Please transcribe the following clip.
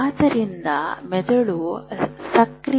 ಆದ್ದರಿಂದ ಮೆದುಳು ಸಕ್ರಿಯವಾಗಿದೆ